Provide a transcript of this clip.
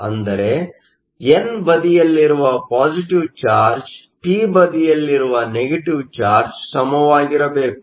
ಅಂದರೆ ಎನ್ ಬದಿಯಲ್ಲಿರುವ positive charge P ಬದಿಯಲ್ಲಿರುವ ನೆಗೆಟಿವ್ ಚಾರ್ಜ್Negative charge ಸಮವಾಗಿರಬೇಕು